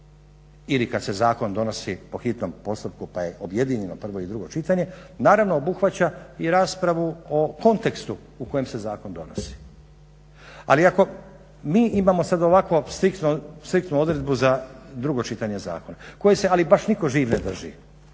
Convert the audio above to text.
ili kad se zakon donosi po hitnom postupku pa je objedinjeno prvo i drugo čitanje naravno obuhvaća i raspravu o kontekstu u kojem se zakon donosi. Ali ako mi imamo sad ovako striktnu odredbu za drugo čitanje zakona koje se ali baš nitko živ ne drži